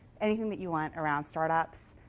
anything that you want around startups,